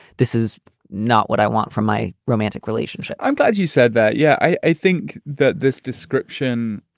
this is not what i want from my romantic relationship i'm glad you said that. yeah, i i think that this description